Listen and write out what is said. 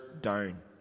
down